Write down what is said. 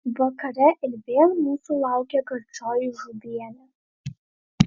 vakare ir vėl mūsų laukė gardžioji žuvienė